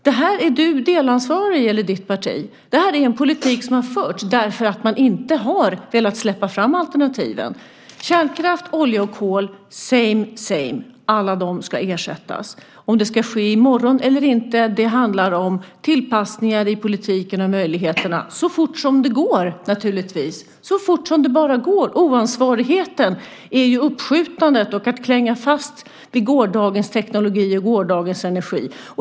Detta är du och ditt parti delansvariga för. Detta är en politik som har förts därför att man inte har velat släppa fram alternativen. Kärnkraft, olja och kol - same, same - ska alla ersättas. Om det ska ske i morgon eller inte handlar om tillpassningar i politiken och möjligheter - så fort som det bara går, naturligtvis. Oansvarigheten är ju uppskjutandet och fastklängandet vid gårdagens teknologi och gårdagens energi.